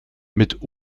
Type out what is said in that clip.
mit